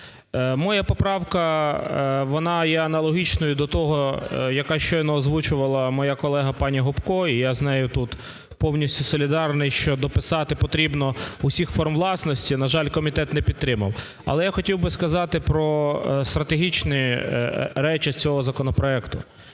моя поправка, вона є аналогічною до того, яку щойно озвучувала моя колега пані Гопко, і я з нею тут повністю солідарний, що дописати потрібно "всіх форм власності", на жаль, комітет не підтримав. Але я хотів би сказати про стратегічні речі з цього законопроекту.